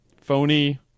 phony